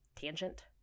tangent